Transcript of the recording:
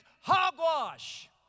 Hogwash